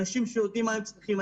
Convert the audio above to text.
אנשים שיודעים מה הם צריכים.